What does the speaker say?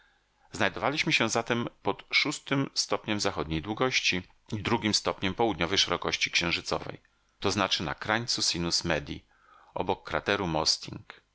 znajdowaliśmy się zatem pod szóstym stopni zachodniej długości drugim stopni południowej szerokości księżycowej to znaczy na krańcu sinus medii obok krateru mosting